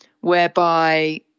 whereby